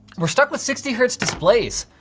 we're stuck with sixty hertz displays.